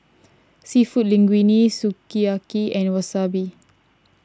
Seafood Linguine Sukiyaki and Wasabi